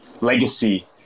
legacy